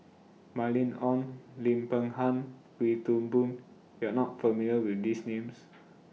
Mylene Ong Lim Peng Han Wee Toon Boon YOU Are not familiar with These Names